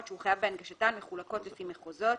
שהוא חייב בהנגשתן מחולקות לפי מחוזות.